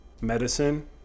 medicine